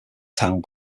town